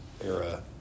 era